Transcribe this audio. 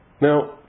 Now